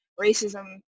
racism